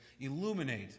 illuminate